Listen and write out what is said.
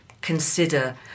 consider